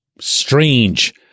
strange